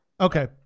Okay